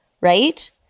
right